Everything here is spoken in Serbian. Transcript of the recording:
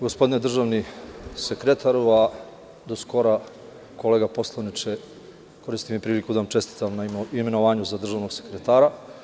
Gospodine državni sekretaru, a do skora kolega poslaniče, koristim priliku da vam čestitam na imenovanju za državnog sekretara.